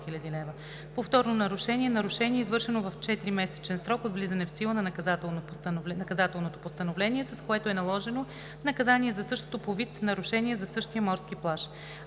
Повторно нарушение е нарушение, извършено в 4-месечен срок от влизането в сила на наказателното постановление, с което е наложено наказание за същото по вид нарушение за същия морски плаж.